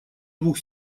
двух